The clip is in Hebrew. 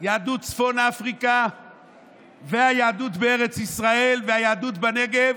יהדות צפון אפריקה והיהדות בארץ ישראל והיהדות בנגב,